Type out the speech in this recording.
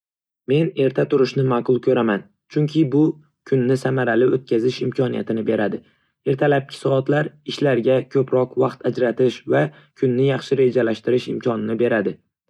Men erta turishni ma'qul ko'raman, chunki bu kunni samarali o'tkazish imkonini beradi. Ertalabki soatlar ishlarga ko'proq vaqt ajratish va kunni yaxshi rejalashtirish imkonini beradi.